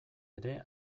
ere